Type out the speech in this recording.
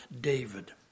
David